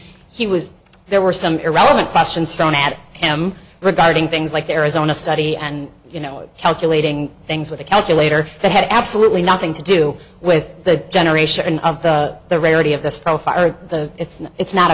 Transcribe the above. he was there were some irrelevant questions thrown at him regarding things like arizona study and you know calculating things with a calculator that had absolutely nothing to do with the generation of the rarity of this profile or the it's not it's not a